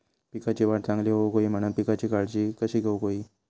पिकाची वाढ चांगली होऊक होई म्हणान पिकाची काळजी कशी घेऊक होई?